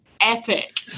epic